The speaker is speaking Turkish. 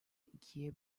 ikiye